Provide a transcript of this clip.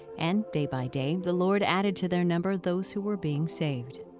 and day by day the lord added to their number those who were being saved